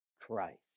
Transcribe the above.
Christ